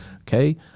okay